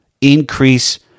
increase